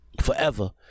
Forever